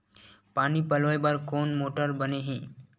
पानी पलोय बर कोन मोटर बने हे?